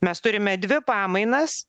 mes turime dvi pamainas